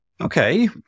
Okay